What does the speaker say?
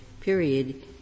period